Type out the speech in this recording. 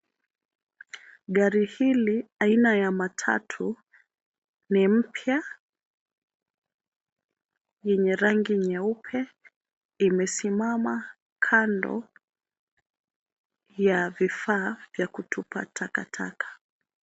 Gari hili aina ya matatu ni mpya, yenye rangi nyeupe. Imesimama kando ya vifaa vya kutupa takataka.